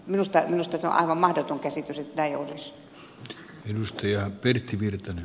minusta tuo on aivan mahdoton käsitys että näin olisi